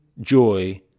joy